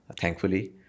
thankfully